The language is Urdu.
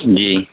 جی